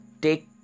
take